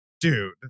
Dude